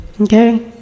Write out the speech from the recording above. okay